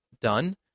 done